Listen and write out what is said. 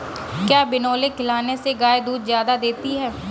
क्या बिनोले खिलाने से गाय दूध ज्यादा देती है?